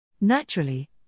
Naturally